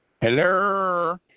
Hello